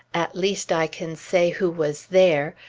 at least, i can say who was there.